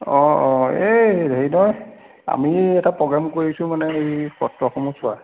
অঁ অঁ এই হেৰি নহয় আমি এটা প্ৰগ্ৰেম কৰিছোঁ মানে এই সত্ৰসমূহ চোৱাৰ